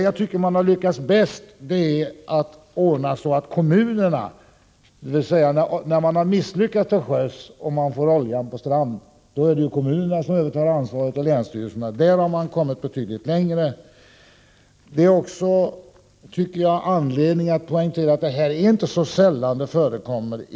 Vad man lyckats bäst med är enligt min mening ansvaret när det gäller kommunerna. När man misslyckats till sjöss och olja flyter upp på stranden, är det kommunerna och länsstyrelserna som får ta över ansvaret. I det avseendet har man nu alltså kommit betydligt längre. Det finns anledning att poängtera att sådant här inte förekommer alltför sällan.